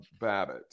Babbitt